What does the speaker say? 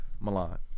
Milan